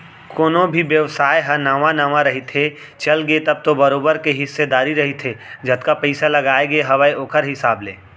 कोनो भी बेवसाय ह नवा नवा रहिथे, चलगे तब तो बरोबर के हिस्सादारी रहिथे जतका पइसा लगाय गे हावय ओखर हिसाब ले